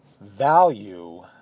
value